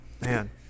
Man